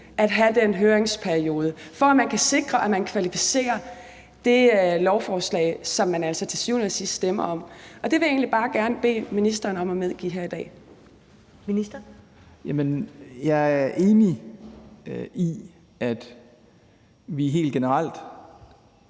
at have den høringsperiode, for at man kan sikre, at man kvalificerer det lovforslag, som man altså til syvende og sidst stemmer om. Det vil jeg egentlig bare gerne bede ministeren om at medgive i her i dag. Kl. 11:28 Første næstformand (Karen